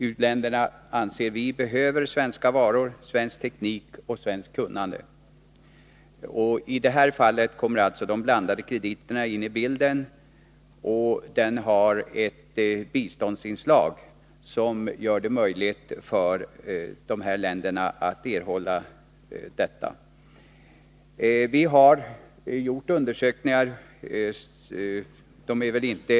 Vi anser att u-länderna behöver svenska varor, svensk teknik och svenskt kunnande, och de blandade krediterna har ett biståndsinslag som möjliggör för dessa länder att få del härav. Vi har gjort undersökningar om behovet av dessa pengar.